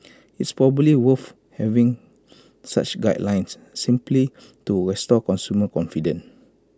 it's probably worth having such guidelines simply to restore consumer confidence